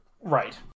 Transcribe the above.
Right